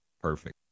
Perfect